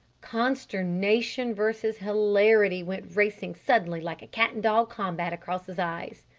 consternation versus hilarity went racing suddenly like a cat-and-dog combat across his eyes.